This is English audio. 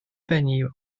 venue